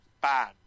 bad